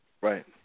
Right